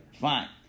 fine